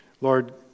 Lord